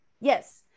Yes